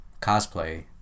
cosplay